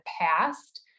past